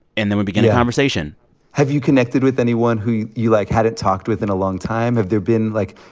and then we begin a conversation have you connected with anyone who you, like, hadn't talked with in a long time? have there been, like,